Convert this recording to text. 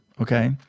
okay